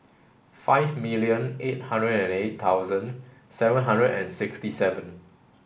five million eight hundred and eight thousand seven hundred and sixty seven